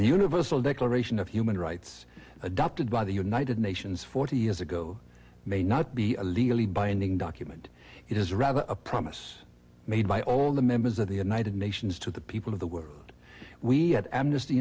universal declaration of human rights adopted by the united nations forty years ago may not be a legally binding document it is rather a promise made by all the members of the united nations to the people of the word we had